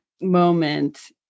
moment